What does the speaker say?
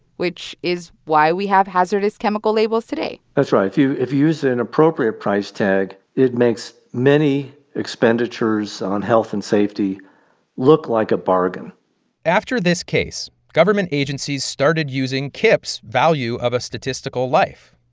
which is why we have hazardous chemical labels today that's right. if you use an appropriate price tag, it makes many expenditures on health and safety look like a bargain after this case, government agencies started using kip's value of a statistical life.